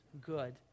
good